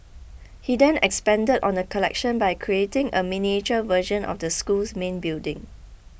he then expanded on the collection by creating a miniature version of the school's main building